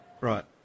right